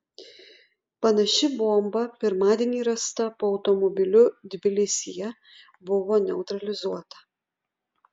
panaši bomba pirmadienį rasta po automobiliu tbilisyje buvo neutralizuota